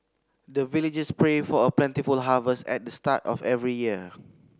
the villagers pray for a plentiful harvest at the start of every year